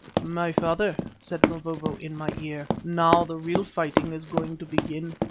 my father, said mavovo in my ear, now the real fighting is going to begin.